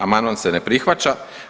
Amandman se ne prihvaća.